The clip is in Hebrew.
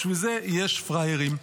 בשביל זה יש פראיירים.